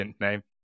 name